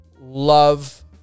love